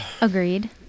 Agreed